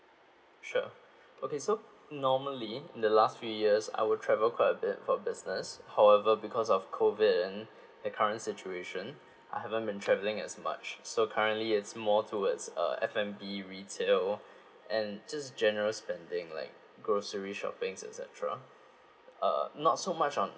sure okay so normally in the last few years I will travel quite a bit for business however because of COVID and the current situation I haven't been travelling as much so currently it's more towards uh F&B retail and just general spending like grocery shopping's etcetera uh not so much on